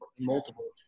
multiple